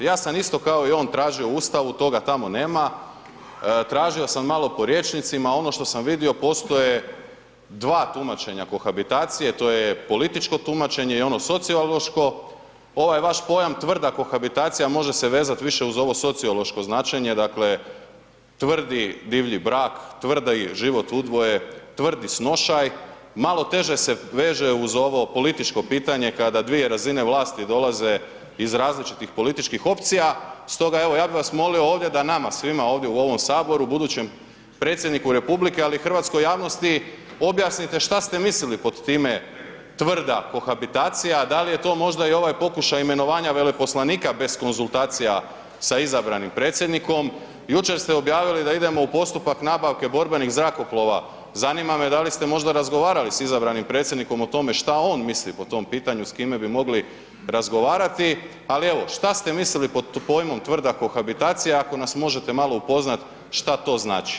Ja sam isto kao i on tražio u Ustavu, toga tamo nema, tražio sam malo po rječnicima, ono što sam vidio, postoje dva tumačenja kohabitacije, to je političko tumačenje i ono sociološko, ovaj vaš pojam tvrda kohabitacija može se vezat više uz ovo sociološko značenje dakle, tvrdi divlji brak, tvrdi život u dvoje, tvrdi snošaj, malo teže se veže uz ovo političko pitanje kada dvije razine vlasti dolaze iz različitih političkih opcija, stoga evo, ja bi vas molio ovdje da nama svima ovdje u ovom Saboru, budućem Predsjedniku Republike ali i hrvatskoj javnosti objasnite šta ste mislili pod time tvrda kohabitacija, da li je to možda i ovaj pokušaj veleposlanika bez konzultacija sa izabranim Predsjednikom, jučer ste objavili da idemo u postupak nabavke borbenih zrakoplova, zanima me da li ste možda razgovarali sa izabranim Predsjednikom o tome šta on misli po tom pitanju s kime bi mogli razgovarati, ali evo, šta ste mislili pod pojmom tvrda kohabitacija ako nas možete malo upoznati šta to znači.